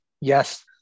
Yes